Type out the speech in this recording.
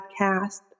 podcast